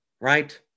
Right